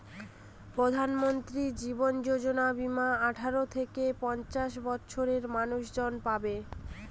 প্রধানমন্ত্রী জীবন যোজনা বীমা আঠারো থেকে পঞ্চাশ বছরের মানুষজন পাবে